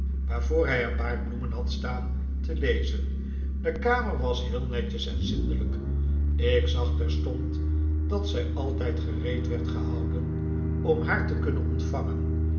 waarvoor hij een paar bloemen had staan te lezen de kamer was heel netjes en zindelijk ik zag terstond dat zij altijd gereed werd gehouden om haar te kunnen ontvangen